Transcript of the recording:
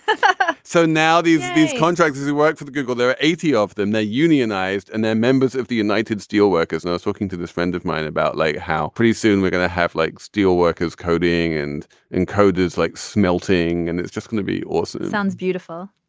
but so now these these contractors who work for google there are eighty of them they are unionized and they're members of the united steelworkers. and i was talking to this friend of mine about like how pretty soon we're going to have like steelworkers coding and encoders like smelting and it's just going to be awesome sounds beautiful.